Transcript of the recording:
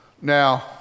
Now